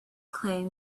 claim